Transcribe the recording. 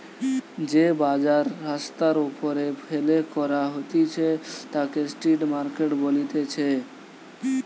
যে বাজার রাস্তার ওপরে ফেলে করা হতিছে তাকে স্ট্রিট মার্কেট বলতিছে